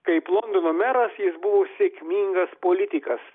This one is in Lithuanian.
kaip londono meras jis buvo sėkmingas politikas